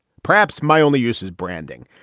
perhaps my only use is branding.